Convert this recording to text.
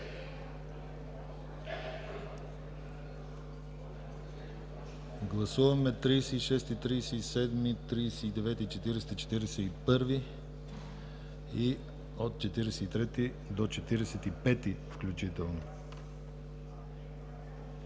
Гласуваме § 36, 37, 39, 40, 41 и от § 43 до § 45, включително.